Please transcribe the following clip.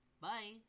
Bye